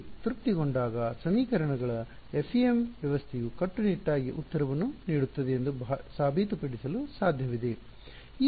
ಇದು ತೃಪ್ತಿಗೊಂಡಾಗ ಸಮೀಕರಣಗಳ FEM ವ್ಯವಸ್ಥೆಯು ಕಟ್ಟುನಿಟ್ಟಾಗಿ ಉತ್ತರವನ್ನು ನೀಡುತ್ತದೆ ಎಂದು ಸಾಬೀತುಪಡಿಸಲು ಸಾಧ್ಯವಿದೆ